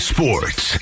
Sports